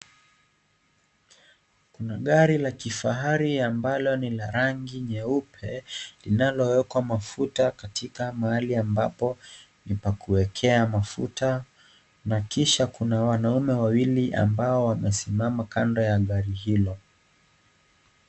Kuna gari la kifahari ambalo ni la rangi nyeupe linaloekwa mafuta katika mahali ambapo ni pa kuekea mafuta na kisha kuna wanaume wawili ambao wamesimama kando ya gari hilo.